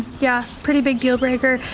yeah, pretty big deal breaker.